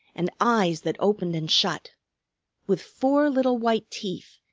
and eyes that opened and shut with four little white teeth,